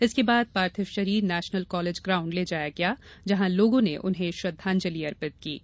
इसके बाद पार्थिव शरीर नेशनल कॉलेज ग्राउंड ले जाया गया जहां लोग उन्हें श्रद्धांजलि अर्पित कर रहे हैं